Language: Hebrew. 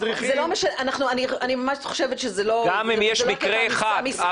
גם אם יש מקרה אחד,